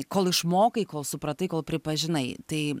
kol išmokai kol supratai kol pripažinai tai